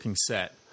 set